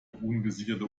ungesicherte